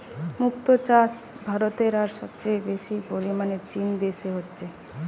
মুক্তো চাষ ভারতে আর সবচেয়ে বেশি পরিমাণে চীন দেশে হচ্ছে